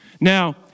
Now